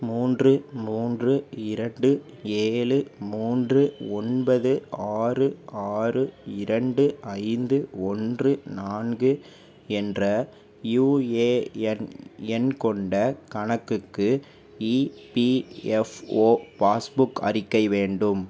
மூன்று மூன்று இரண்டு ஏழு மூன்று ஒன்பது ஆறு ஆறு இரண்டு ஐந்து ஒன்று நான்கு என்ற யுஏஎன் எண் கொண்ட கணக்குக்கு இபிஎஃப்ஓ பாஸ்புக் அறிக்கை வேண்டும்